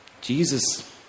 Jesus